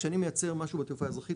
כשאני מייצר משהו בתעופה האזרחית,